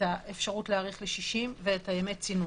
את האפשרות להאריך ל-60 ואת ימי הצינון.